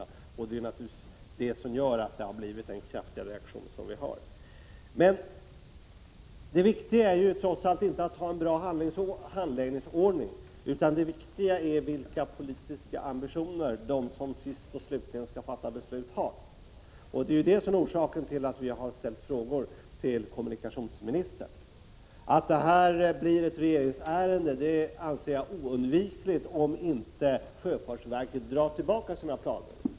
Detta har naturligtvis lett till den kraftiga reaktionen i dag. Men det viktiga trots allt är inte att ha en bra handläggningsordning, utan det viktiga är vilka politiska ambitioner de som sist och slutligen skall fatta beslut har. Detta är orsaken till att vi har ställt frågor till kommunikationsministern. Att det här blir ett regeringsärende anser jag oundvikligt, om inte sjöfartsverket drar tillbaka sina planer.